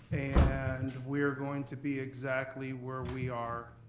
and we're going to be exactly where we are